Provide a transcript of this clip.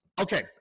okay